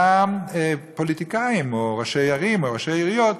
גם פוליטיקאים או ראשי ערים או ראשי עיריות,